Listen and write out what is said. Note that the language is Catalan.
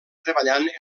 treballant